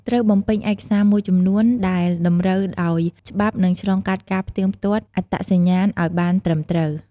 ត្រូវបំពេញឯកសារមួយចំនួនដែលតម្រូវដោយច្បាប់និងឆ្លងកាត់ការផ្ទៀងផ្ទាត់អត្តសញ្ញាណឲ្យបានត្រឹមត្រូវ។